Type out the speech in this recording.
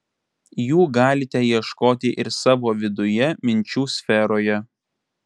jų galite ieškoti ir savo viduje minčių sferoje